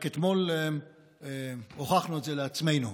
רק אתמול הוכחנו את זה לעצמנו.